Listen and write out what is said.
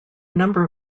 number